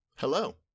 Hello